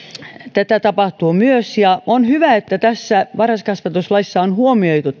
tätä tapahtuu myös ja on hyvä että tässä varhaiskasvatuslaissa on huomioitu